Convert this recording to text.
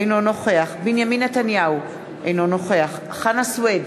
אינו נוכח בנימין נתניהו, אינו נוכח חנא סוייד,